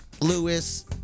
Lewis